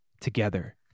together